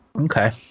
Okay